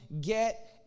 Get